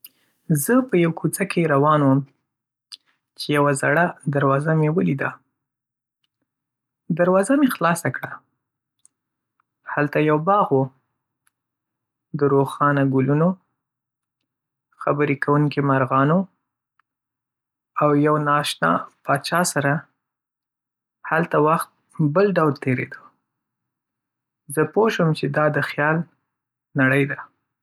زه په یوه کوڅه کې روان وم چې یو زړه دروازه مې ولیده. دروازه مې خلاصه کړه، هلته یو باغ و — د روښانه ګلونو، خبرې کوونکو مرغانو، او یو نا اشنا بادشاه سره. هلته وخت بل ډول تېرېده... زه پوه شوم چې دا د خیال نړۍ ده.